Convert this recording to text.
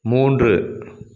மூன்று